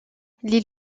les